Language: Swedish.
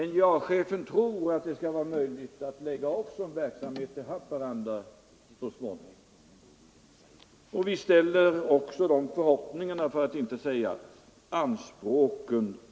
NJA-chefen tror att det så småningom skall vara möjligt att förlägga en verksamhet också till Haparanda, och vi ställer förhoppningar till eller kanske rent av anspråk på att han skall göra detta.